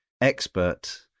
expert